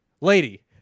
lady